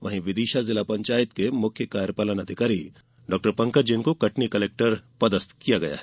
वहीं विदिशा जिला पंचायत के मुख्य कार्यपालन अधिकारी डॉक्टर पंकज जैन को कटनी कलेक्टर पदस्थ किया है